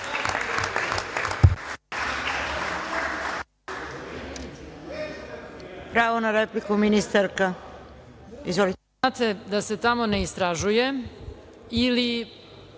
Pravo na repliku, ministarka. Izvolite.